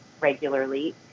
regularly